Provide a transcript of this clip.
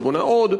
ובונה עוד,